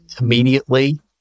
immediately